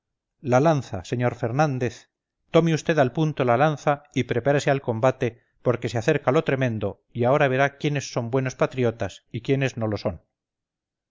la lanza sr fernández tome vd al punto la lanza y prepárese al combate porque se acerca lo tremendo y ahora verá quiénes son buenos patriotas y quiénes no lo son